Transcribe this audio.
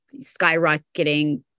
skyrocketing